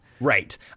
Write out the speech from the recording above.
Right